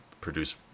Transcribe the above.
produce